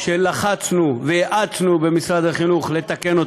שלחצנו והאצנו במשרד החינוך לתקן,